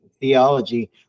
theology